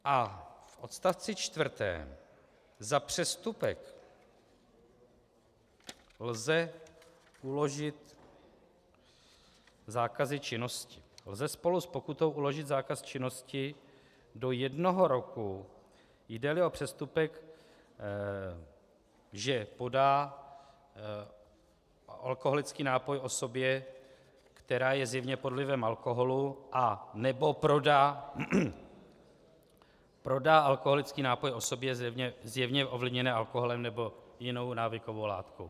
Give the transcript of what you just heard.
A v odstavci čtvrtém za přestupek lze uložit zákazy činnosti, lze spolu s pokutou uložit zákaz činnosti do jednoho roku, jdeli o přestupek, že podá alkoholický nápoj osobě, která je zjevně pod vlivem alkoholu, anebo prodá alkoholický nápoj osobě zjevně ovlivněné alkoholem nebo jinou návykovou látkou.